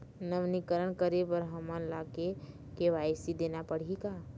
नवीनीकरण करे बर हमन ला के.वाई.सी देना पड़ही का?